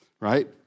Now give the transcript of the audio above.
right